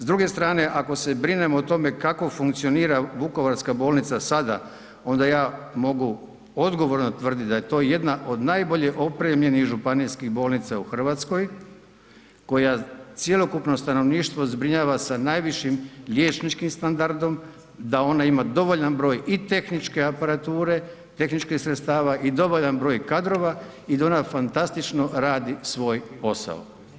S druge strane ako se brinemo o tome kako funkcionira vukovarska bolnica sada, onda ja mogu odgovorno tvrdit da je to jedna od najbolje opremljenih županijskih bolnica u RH koja cjelokupno stanovništvo zbrinjava sa najvišim liječničkim standardom, da ona ima dovoljan broj i tehničke aparature, tehničkih sredstava i dovoljan broj kadrova i da ona fantastično radi svoj posao.